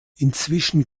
inzwischen